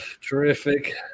terrific